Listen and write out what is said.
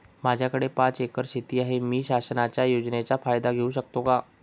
माझ्याकडे पाच एकर शेती आहे, मी शासनाच्या योजनेचा फायदा घेऊ शकते का?